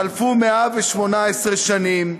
חלפו 118 שנים,